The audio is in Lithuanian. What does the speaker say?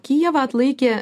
kijevą atlaikė